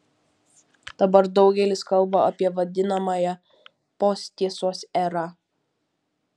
dabar daugelis kalba apie vadinamąją posttiesos erą